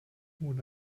would